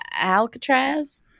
Alcatraz